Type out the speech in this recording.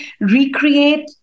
recreate